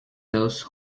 those